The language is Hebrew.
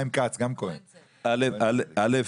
א',